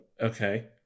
okay